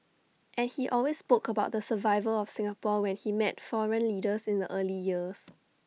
and he always spoke about the survival of Singapore when he met foreign leaders in the early years